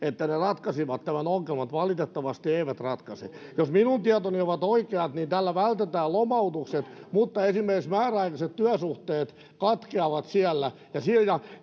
ratkaisisivat tämän ongelman mutta valitettavasti eivät ratkaise jos minun tietoni ovat oikeat niin tällä vältetään lomautukset mutta esimerkiksi määräaikaiset työsuhteet katkeavat siellä ja